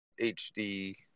HD